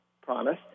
promise